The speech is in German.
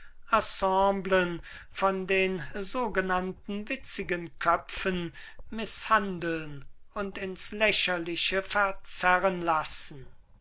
von den sogenannten witzigen köpfen mißhandeln und ins lächerliche verzerren lassen